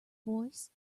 voice